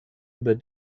über